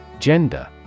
Gender